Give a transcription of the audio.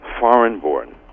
foreign-born